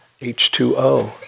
H2O